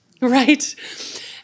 right